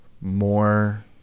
more